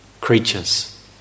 creatures